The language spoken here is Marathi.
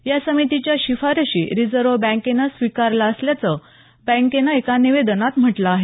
या समितीच्या शिफारशी रिझर्व्ह बँकेनं स्विकारल्या असल्याचं बँकेनं एका निवेदनात म्हटलं आहे